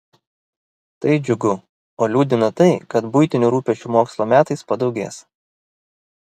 tai džiugu o liūdina tai kad buitinių rūpesčių mokslo metais padaugės